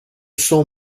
sent